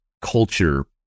culture